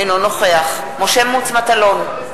אינו נוכח משה מטלון,